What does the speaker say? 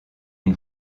une